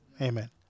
Amen